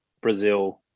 Brazil